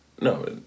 No